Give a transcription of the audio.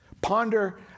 Ponder